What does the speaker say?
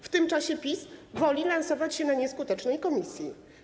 W tym czasie PiS woli lansować się w nieskutecznej komisji.